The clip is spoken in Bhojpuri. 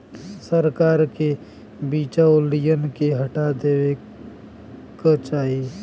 सरकार के बिचौलियन के हटा देवे क चाही